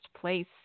place